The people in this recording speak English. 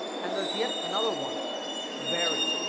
and there's yet another one very.